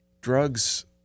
Drugs